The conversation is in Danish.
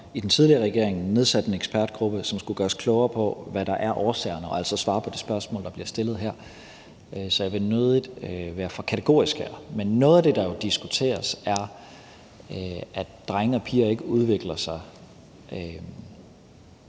i den tidligere regering sidste sommer nedsat en ekspertgruppe, som skulle gøre os klogere på, hvad der er årsagerne, og altså svare på det spørgsmål, der bliver stillet her. Så jeg vil nødig være for kategorisk her. Men noget af det, der diskuteres, er jo, at drenge og piger ikke udvikler sig